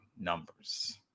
numbers